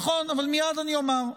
נכון, אבל מייד אני אומר.